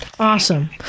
Awesome